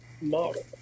model